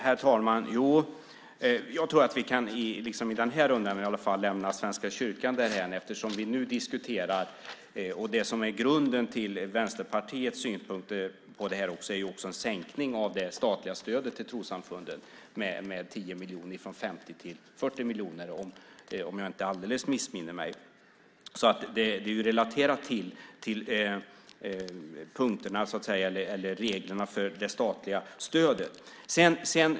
Herr talman! Jag tror att vi i den här rundan i alla fall kan lämna Svenska kyrkan därhän. Det som är grunden till Vänsterpartiets synpunkt på det här är en sänkning av det statliga stödet till trossamfunden med 10 miljoner från 50 till 40 miljoner, om jag inte alldeles missminner mig. Det är relaterat till reglerna för det statliga stödet.